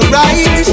right